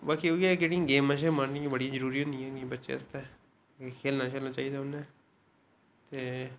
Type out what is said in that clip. बाकी उऐ जेहड़ी एह् गेमां शेमां न एह् बड़ी जरुरी होंदियां ना बच्चें आस्तै खेलना शेलना चाहिदा उनें